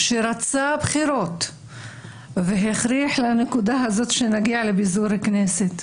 שרצה בחירות והביא לנקודה שנגיע לפיזור הכנסת,